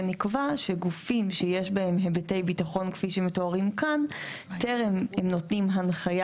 נקבע שגופים שיש בהם היבטי ביטחון כפי שמתוארים כאן טרם הם נותנים הנחיה